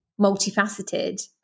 multifaceted